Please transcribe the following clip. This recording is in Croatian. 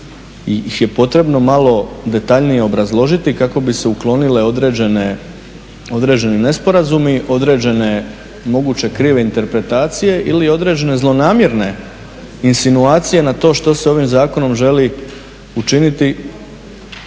ih je potrebno malo detaljnije obrazložiti kako bi se uklonile određeni nesporazumi, određene moguće krive interpretacije ili određene zlonamjerne insinuacije na to što se ovim zakonom želi učiniti